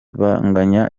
banganya